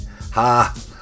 Ha